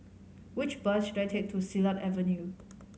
which bus should I take to Silat Avenue